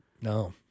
No